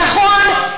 נכון,